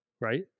right